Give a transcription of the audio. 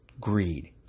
Greed